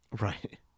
Right